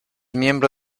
miembro